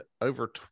over